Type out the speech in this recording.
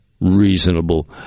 reasonable